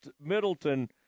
Middleton